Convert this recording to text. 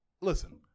Listen